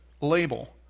label